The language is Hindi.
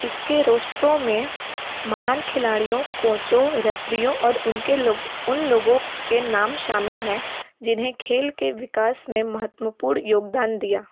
इसके रोस्टरो में महान खिलाड़ियों कोचों रेफरियों और उनके लोगों उन लोगों के नाम शामिल हैं जिन्हें खेल के विकास में महत्मपूर्ण योगदान दिया